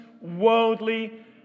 worldly